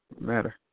matter